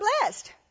blessed